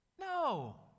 no